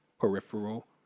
peripheral